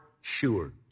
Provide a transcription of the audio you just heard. sure